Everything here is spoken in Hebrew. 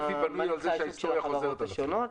מה הרווח של החברות השונות.